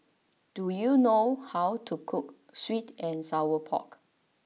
do you know how to cook Sweet and Sour Pork